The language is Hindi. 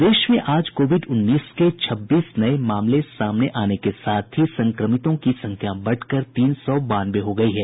प्रदेश में आज कोविड उन्नीस के छब्बीस नये मामले सामने आने के साथ ही संक्रमितों की संख्या बढ़कर तीन सौ बानवे हो गयी है